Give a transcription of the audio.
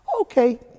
okay